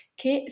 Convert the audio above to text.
che